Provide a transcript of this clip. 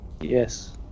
Yes